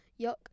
yuck